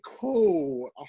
cool